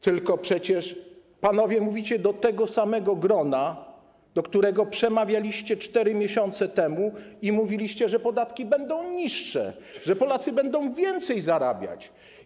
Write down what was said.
Tylko przecież panowie mówicie do tego samego grona, do którego przemawialiście 4 miesiące temu, i mówiliście, że podatki będą niższe, że Polacy będą więcej zarabiać.